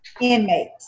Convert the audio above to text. inmates